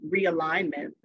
realignment